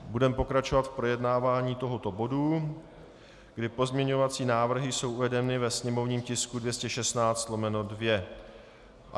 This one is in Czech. Budeme pokračovat v projednávání tohoto bodu, kdy pozměňovací návrhy jsou uvedeny ve sněmovním tisku 216/2.